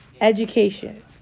education